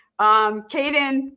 Caden